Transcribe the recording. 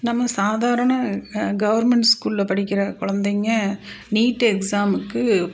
நம்ம சாதாரண கவர்மெண்ட் ஸ்கூலில் படிக்கிற குழந்தைங்க நீட் எக்ஸாமுக்கு